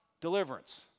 deliverance